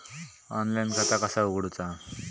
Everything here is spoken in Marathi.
ऑनलाईन खाता कसा उगडूचा?